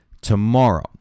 tomorrow